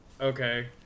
okay